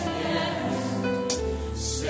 yes